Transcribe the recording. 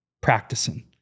practicing